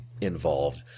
involved